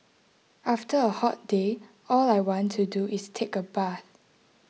after a hot day all I want to do is take a bath